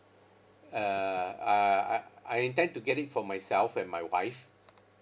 uh uh uh I intend to get it for myself and my wife